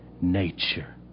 nature